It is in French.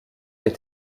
est